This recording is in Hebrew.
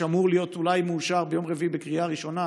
שאמור להיות אולי מאושר ביום רביעי בקריאה ראשונה,